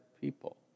people